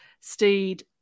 Steed